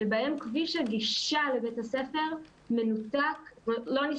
שבהם כביש הגישה לבית הספר לא נסלל.